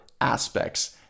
aspects